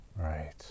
Right